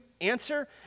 Answer